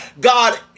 God